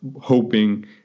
hoping